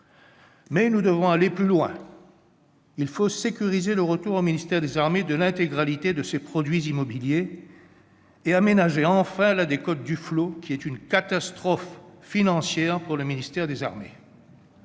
Mais nous devons aller plus loin : il faut sécuriser le retour au ministère des armées de l'intégralité de ses produits immobiliers et aménager enfin la décote « Duflot », qui est une catastrophe financière pour ledit ministère, dont le